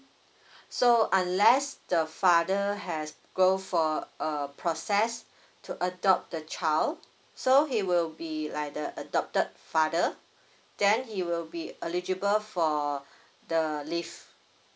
so unless the father has go for a process to adopt the child so he will be like the adopted father then he will be eligible for the leave